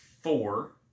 four